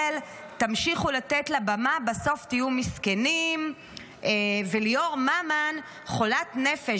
תמשיכו לתת לה במה בסוף תהיו מסכנים"; ליאור ממן: "חולת נפש